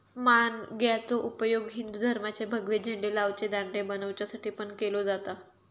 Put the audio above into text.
माणग्याचो उपयोग हिंदू धर्माचे भगवे झेंडे लावचे दांडे बनवच्यासाठी पण केलो जाता